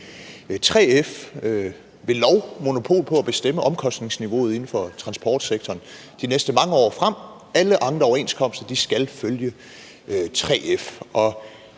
3F monopol på at bestemme omkostningsniveauet inden for transportsektoren de næste mange år frem. Alle andre overenskomster skal følge 3F.